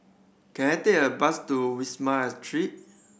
can I take a bus to Wisma Atria